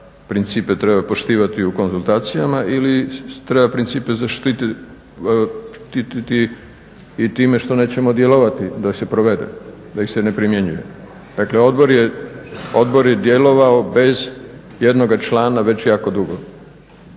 principe treba poštivati u konzultacijama ili treba principe zaštititi i time što nećemo djelovati dok se provede, da ih se ne primjenjuje. Dakle, odbor je djelovao bez jednoga člana već jako dugo.